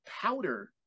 powder